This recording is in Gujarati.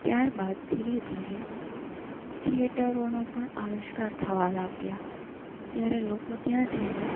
ત્યારબાદ ધીરે ધીરે થિએટરોનો પણ આવિષ્કાર થવા લાગ્યા ત્યારે લોકો ત્યાં જઈને